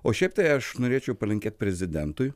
o šiaip tai aš norėčiau palinkėt prezidentui